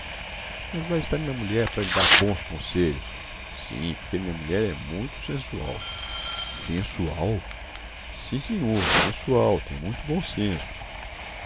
mas lá está minha mulher para lhe dar bons conselhos sim porque minha mulher é muito sensual sensual sim senhor sensual tem muito bom senso